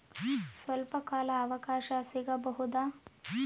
ಸ್ವಲ್ಪ ಕಾಲ ಅವಕಾಶ ಸಿಗಬಹುದಾ?